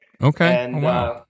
Okay